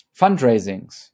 Fundraisings